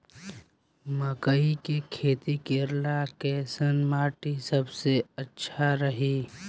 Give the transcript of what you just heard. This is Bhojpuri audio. मकई के खेती करेला कैसन माटी सबसे अच्छा रही?